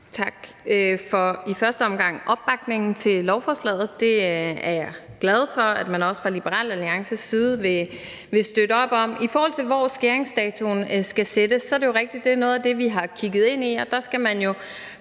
I første omgang tak for opbakningen til lovforslaget. Det er jeg glad for at man også fra Liberal Alliances side vil støtte op om. I forhold til hvor skæringsdatoen skal sættes, er det jo rigtigt, at det er noget af det, vi har kigget ind i.